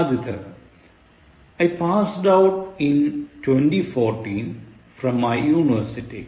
ആദ്യത്തെത് I passed out in 2014 from my university